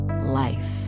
life